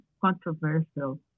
controversial